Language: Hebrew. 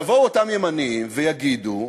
יבואו אותם ימנים ויגידו,